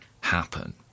happen